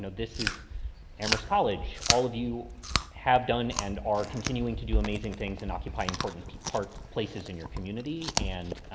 this is amherst college. all of you have done and are continuing to do amazing things and occupy important part places in your community. and